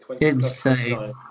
insane